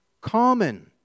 common